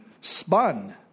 spun